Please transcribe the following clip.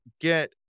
get